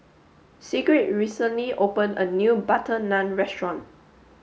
Sigrid recently opened a new butter naan restaurant